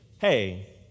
hey